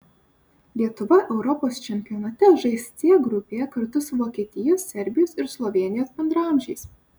lietuva europos čempionate žais c grupėje kartu su vokietijos serbijos ir slovėnijos bendraamžiais